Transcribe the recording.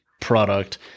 product